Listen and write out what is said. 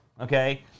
okay